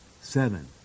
Seven